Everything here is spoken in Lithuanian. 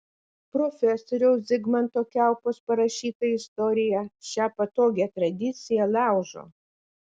profesoriaus zigmanto kiaupos parašyta istorija šią patogią tradiciją laužo